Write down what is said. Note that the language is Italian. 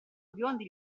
biondi